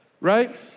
Right